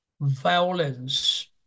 violence